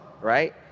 right